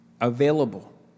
available